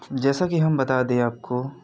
जैसा कि हम बता दें आपको